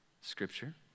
scripture